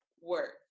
work